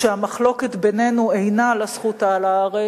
שהמחלוקת בינינו אינה על הזכות על הארץ.